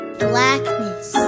blackness